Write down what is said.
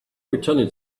returning